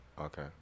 Okay